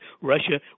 Russia